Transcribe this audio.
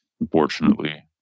unfortunately